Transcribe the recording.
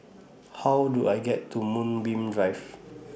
How Do I get to Moonbeam Drive